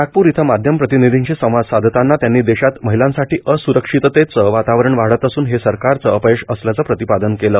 नागप्र इथं माध्यम प्रतिनिधींशी संवाद साधतांना त्यांनी देशात महिलांसाठी असुरक्षिततेचं वातावरण वाढत असून हे सरकारच अपयश असल्याचं प्रतिपादन केलं